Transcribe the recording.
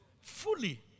fully